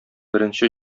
беренче